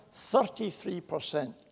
33%